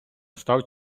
став